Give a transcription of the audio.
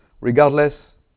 regardless